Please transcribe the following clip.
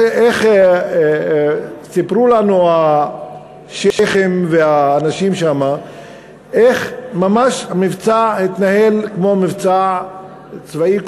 סיפרו לנו השיח'ים והאנשים שם איך המבצע התנהל ממש כמו מבצע צבאי.